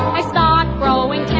i stop growing.